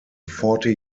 forty